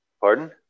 pardon